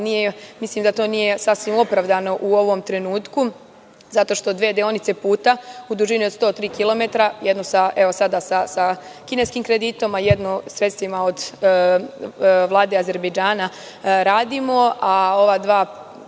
Mislim da to nije sasvim opravdano u ovom trenutku zato što dve deonice puta u dužini od 103 kilometara, jedno sada sa kineskim kreditom, a jedno sredstvima od Vlade Azerbejdžana radimo. Ova dva